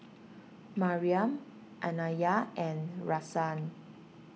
Mariam Anaya and Rahsaan